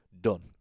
done